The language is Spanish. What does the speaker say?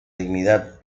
dignidad